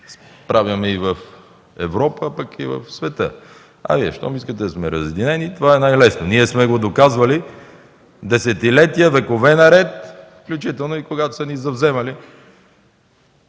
справяме в Европа и в света. А Вие щом искате да сме разединени, това е най-лесно. Ние сме го доказвали десетилетия, векове наред, включително и когато са ни завземали